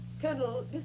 Colonel